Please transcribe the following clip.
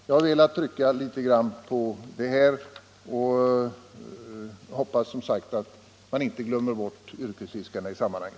Jag har velat trycka litet på dessa förhållanden och hoppas som sagt att yrkesfiskarna inte blir bortglömda i detta sammanhang.